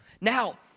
Now